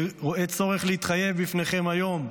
אני רואה צורך להתחייב בפניכם היום,